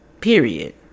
Period